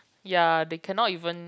ya they cannot even